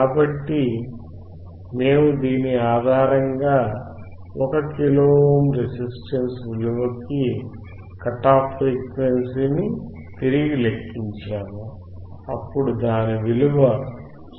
కాబట్టి మేము దీని ఆధారంగా 1 కిలో ఓమ్ రెసిస్టన్స్ విలువకి కట్ ఆఫ్ ఫ్రీక్వెన్సీ ని తిరిగి లెక్కించాము అప్పుడు దాని విలువ 1